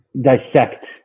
dissect